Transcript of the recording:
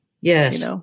Yes